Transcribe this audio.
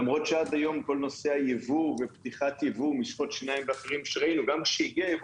למרות שעד היום כל נושא היבוא ופתיחת יבוא --- גם כשהגיע יבוא